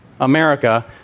America